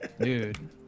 Dude